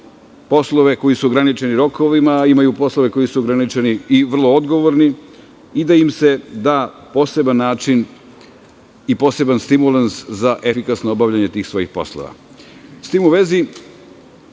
poslove koji su ograničeni rokovima, imaju poslove koji su ograničeni i vrlo odgovorni i da im se da poseban način i poseban stimulans za efikasno obavljanje tih svojih poslova.S tim u vezi,